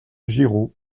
giraud